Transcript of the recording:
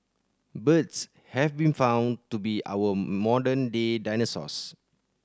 birds have been found to be our modern day dinosaurs